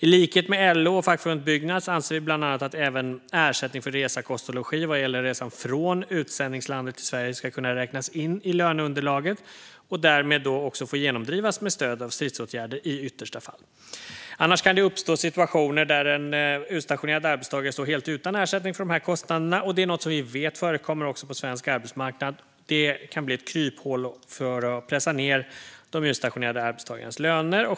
I likhet med LO och fackförbundet Byggnads anser vi bland annat att även ersättning för resa, kost och logi vad gäller resan från utsändningslandet till Sverige ska kunna räknas in i löneunderlaget, och därmed också få genomdrivas med stöd av stridsåtgärder i yttersta fall. Annars kan det uppstå situationer när en utstationerad arbetstagare står helt utan ersättning för de här kostnaderna. Det är något som vi vet förekommer också på svensk arbetsmarknad. Det kan bli ett kryphål för att pressa ned de utstationerade arbetstagarnas löner.